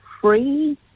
free